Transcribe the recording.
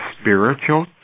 spiritual